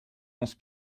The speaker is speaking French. onze